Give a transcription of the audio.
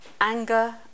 anger